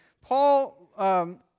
Paul